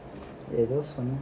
it was from